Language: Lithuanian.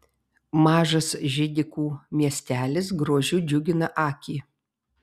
mažas židikų miestelis grožiu džiugina akį